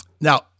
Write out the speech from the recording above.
Now